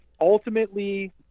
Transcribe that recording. ultimately